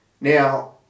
Now